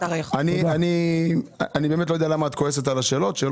אני באמת לא יודע למה את כועסת על השאלות.